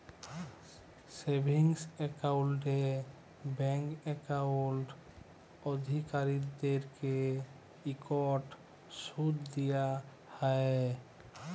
savings একাউল্টে bank account অধিকারীদেরকে ইকট সুদ দিয়া হ্যয়